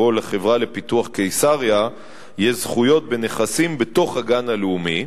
שבו ל"חברה לפיתוח קיסריה" יש זכויות בנכסים בתוך הגן הלאומי,